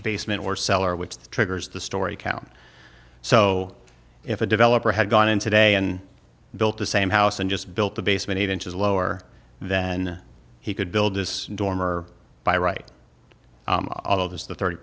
basement or cellar which triggers the story count so if a developer had gone in today and built the same house and just built the basement eight inches lower than he could build this dormer by right all of this the thirty